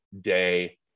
day